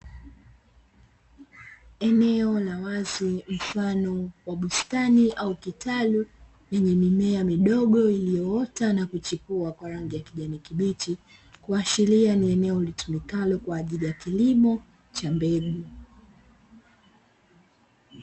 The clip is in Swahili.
Eneo la wazi mfano wa bustani au kitalu, lenye mimea midogo iliyoota na kuchipua kwa rangi ya kijani kibichi, kuashiria ni eneo litumikalo kwa ajili ya kilimo cha mbegu.